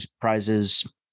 prizes